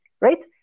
Right